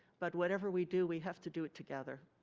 but whatever we do we have to do it together.